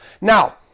Now